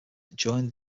joined